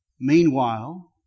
Meanwhile